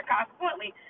Consequently